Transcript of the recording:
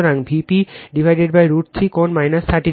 সুতরাং Vp√ 3 কোণ 30o